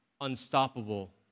unstoppable